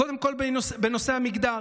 קודם כול בנושא המגדר.